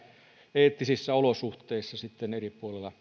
epäeettisissä olosuhteissa sitten eri puolilla